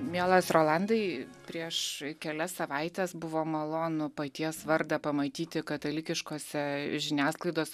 mielas rolandai prieš kelias savaites buvo malonu paties vardą pamatyti katalikiškose žiniasklaidos